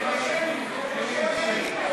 ציבורי (הוראת שעה),